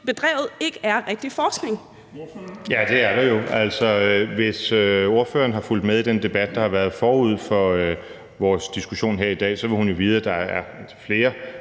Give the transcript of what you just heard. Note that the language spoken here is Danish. Morten Messerschmidt (DF): Ja, det er der jo. Hvis ordføreren har fulgt med i den debat, der har været forud for vores diskussion her i dag, vil hun jo vide, at der er flere